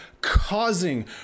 causing